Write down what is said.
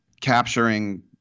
capturing